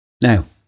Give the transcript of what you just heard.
Now